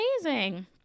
amazing